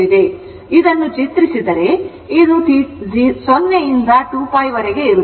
ಆದ್ದರಿಂದ ಇದನ್ನು ಚಿತ್ರಿಸಿದರೆ ಇದು 0 ರಿಂದ 2π ವರೆಗೆ ಇರುತ್ತದೆ